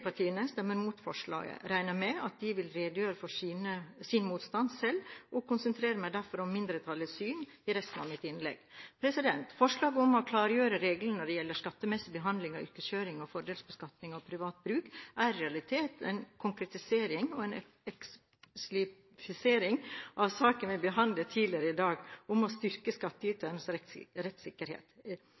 stemmer mot forslaget. Jeg regner med at de vil redegjøre for sin motstand selv, og jeg konsentrerer meg derfor om mindretallets syn i resten av mitt innlegg. Forslaget om å klargjøre reglene når det gjelder skattemessig behandling av yrkeskjøring og fordelsbeskatning av privat bruk, er i realiteten en konkretisering og eksemplifisering av saken vi behandlet tidligere i dag om å styrke skattyters rettssikkerhet.